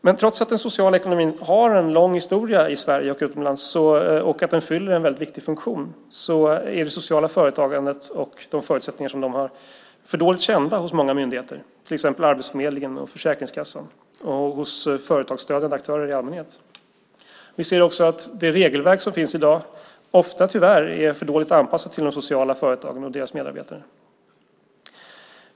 Men trots att den sociala ekonomin har en lång historia i Sverige och utomlands och att den fyller en väldigt viktig funktion är det sociala företagandet och de förutsättningar som man har för dåligt kända hos många myndigheter, till exempel Arbetsförmedlingen och Försäkringskassan, och hos företagsstödjande aktörer i allmänhet. Vi ser också att det regelverk som finns i dag tyvärr ofta är för dåligt anpassat till de sociala företagen och deras medarbetare.